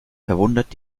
verwundert